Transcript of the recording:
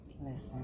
listen